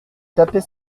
taper